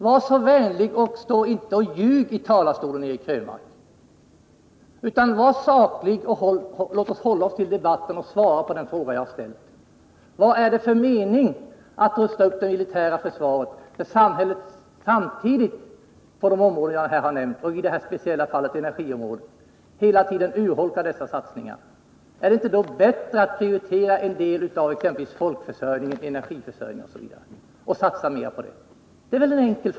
Var så vänlig och stå inte och ljug i talarstolen, Eric Krönmark, utan var saklig! Låt oss hålla oss till debatten. Jag skulle vilja ha ett svar på den fråga jag ställt: Vad är det för mening med en upprustning av det militära försvaret när samhället samtidigt på de områden som jag här har nämnt och i det här speciella fallet — när det gäller energiområdet — hela tiden urholkar dessa satsningar? Vore det inte bättre att prioritera en del andra saker, exempelvis folkförsörjningen, energiförsörjningen etc., och satsa mer på detta? Det vore väl enkelt.